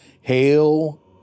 hail